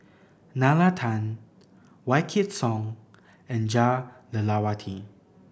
Nalla Tan Wykidd Song and Jah Lelawati